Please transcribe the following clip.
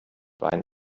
wein